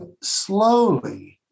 slowly